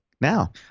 now